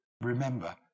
remember